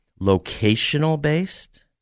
locational-based